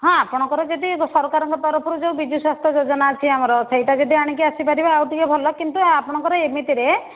ହଁ ଆପଣଙ୍କର ଯଦି ସରକାରଙ୍କ ତରଫରୁ ଯେଉଁ ବିଜୁ ସ୍ୱାସ୍ଥ୍ୟ ଯୋଜନା ଅଛି ଆମର ସେଇଟା ଯଦି ଆଣିକି ଆସିପାରିବେ ଆଉ ଟିକିଏ ଭଲ କିନ୍ତୁ ଆପଣଙ୍କର ଏମିତିରେ